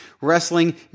Wrestling